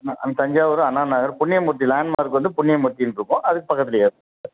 ந அந்த Thanjavur Anna Nagar Punniya Murthy landmark வந்து புண்ணிய மூர்த்தின்னு இருக்கும் அதுக்கு பக்கத்துலயே